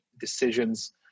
decisions